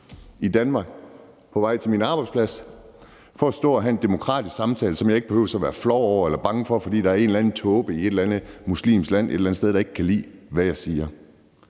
i Danmark på vej til min arbejdsplads for at stå og have en demokratisk samtale, som jeg ikke behøver at være flov over eller bange for, fordi der er en eller anden tåbe i et eller andet muslimsk land et eller andet sted, der ikke kan lide, hvad jeg siger.